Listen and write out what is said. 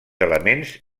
elements